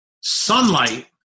Sunlight